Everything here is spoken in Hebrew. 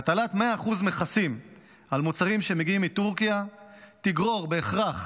הטלת 100% מכסים על מוצרים שמגיעים מטורקיה תגרור בהכרח